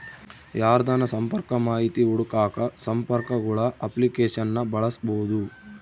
ಯಾರ್ದನ ಸಂಪರ್ಕ ಮಾಹಿತಿ ಹುಡುಕಾಕ ಸಂಪರ್ಕಗುಳ ಅಪ್ಲಿಕೇಶನ್ನ ಬಳಸ್ಬೋದು